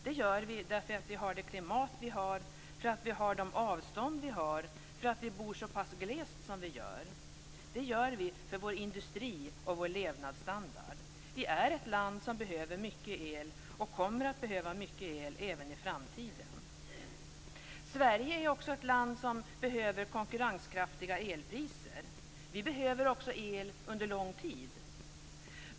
Det gör vi därför att vi har det klimat vi har, för att vi har de avstånd vi har, för att vi bor så pass glest som vi gör. Det gör vi för vår industri och vår levnadsstandard. Vi är ett land som behöver mycket el och kommer att behöva mycket el även i framtiden. Sverige är också ett land som behöver konkurrenskraftiga elpriser. Vi behöver också el under lång tid.